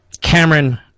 Cameron